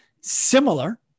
similar